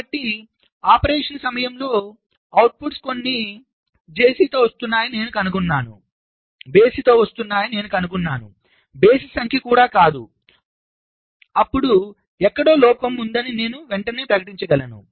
కాబట్టి ఆపరేషన్ సమయంలో అవుట్పుట్ కొన్ని బేసితో వస్తున్నాయని నేను కనుగొన్నాను బేసి సంఖ్య కూడా కాదు అప్పుడు ఎక్కడో లోపం ఉందని నేను వెంటనే ప్రకటించగలను